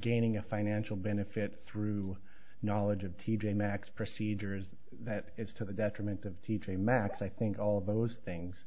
gaining a financial benefit through knowledge of t j maxx procedures that is to the detriment of t j maxx i think all of those things